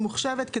ממוחשבת,